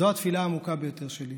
זו התפילה העמוקה ביותר שלי: